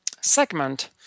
segment